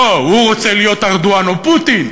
לא, הוא רוצה להיות ארדואן או פוטין,